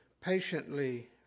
patiently